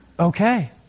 okay